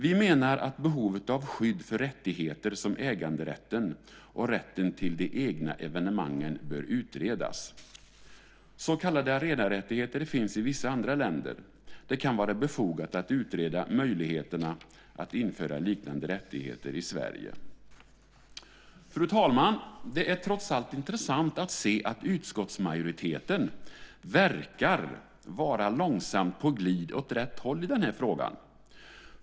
Vi menar att behovet av skydd för rättigheter som äganderätten och rätten till de egna evenemangen bör utredas. Så kallade arenarättigheter finns i vissa andra länder. Det kan vara befogat att utreda möjligheterna att införa liknande rättigheter i Sverige. Fru talman! Det är trots allt intressant att se att utskottsmajoriteten långsamt verkar vara på glid åt rätt håll i den här frågan.